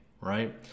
right